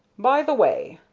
by the way,